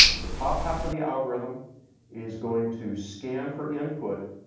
the top half of the algorithm is going to scan for input,